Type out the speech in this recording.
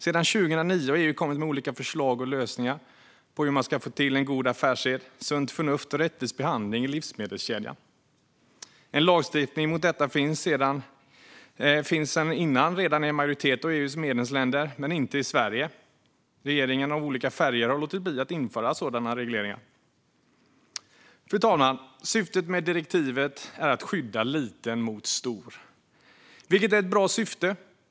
Sedan 2009 har EU kommit med olika förslag och lösningar på hur man ska få till god affärssed, sunt förnuft och rättvis behandling i livsmedelskedjan. En lagstiftning för detta finns redan sedan tidigare i en majoritet av EU:s medlemsländer, men inte i Sverige. Regeringar av olika färger har låtit bli att införa sådana regleringar. Fru talman! Syftet med direktivet är att skydda liten mot stor. Det är ett bra syfte.